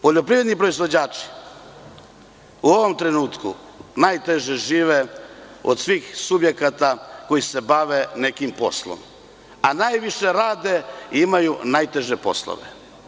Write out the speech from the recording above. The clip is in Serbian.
Poljoprivredni proizvođači u ovom trenutku najteže žive od svih subjekata koji se bave nekim poslom, a najviše rade i imaju najteže poslove.